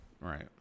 Right